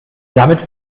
damit